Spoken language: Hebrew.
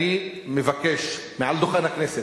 אני מבקש מעל דוכן הכנסת,